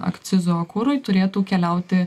akcizo kurui turėtų keliauti